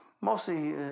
mostly